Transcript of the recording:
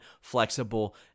flexible